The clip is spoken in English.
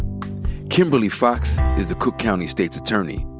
kimberly foxx is the cook county state's attorney,